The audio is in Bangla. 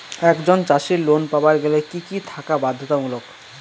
একজন চাষীর লোন পাবার গেলে কি কি থাকা বাধ্যতামূলক?